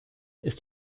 ist